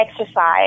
exercise